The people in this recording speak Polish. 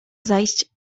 zajść